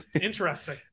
Interesting